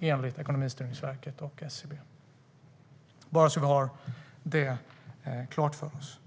enligt Ekonomistyrningsverket och SCB. Detta ska vi ha klart för oss.